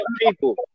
people